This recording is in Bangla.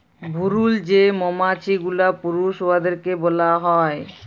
ভুরুল যে মমাছি গুলা পুরুষ উয়াদেরকে ব্যলা হ্যয়